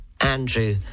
Andrew